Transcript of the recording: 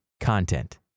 content